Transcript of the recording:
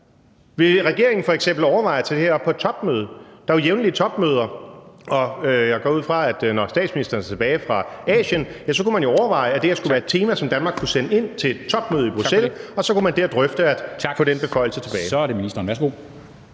Vil regeringen f.eks. overveje at tage det her op på et topmøde? Der er jo jævnligt topmøder, og man kunne, når statsministeren er tilbage fra Asien, overveje, om det her skulle være et tema, som Danmark kunne sende ind til et topmøde i Bruxelles, og så kunne man der drøfte at få den beføjelse tilbage.